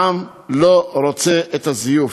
העם לא רוצה את הזיוף.